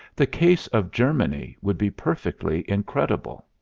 the case of germany would be perfectly incredible.